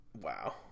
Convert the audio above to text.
Wow